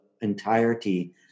entirety